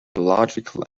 illogical